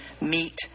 meet